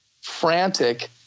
frantic